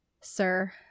sir